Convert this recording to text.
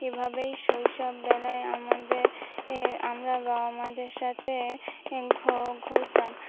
এভাবেই শৈশববেলায় আমাদের আমরা বাবা আমাদের সাথে ঘো ঘুরতাম